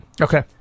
Okay